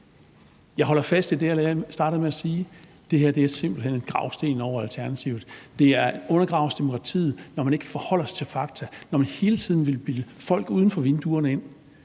Jeg holder fast i det, jeg startede med at sige, nemlig at det her simpelt hen er en gravsten over Alternativet, for det er at undergrave demokratiet, når man ikke forholder sig til fakta, men hele tiden vil bilde folk uden for vinduerne ind,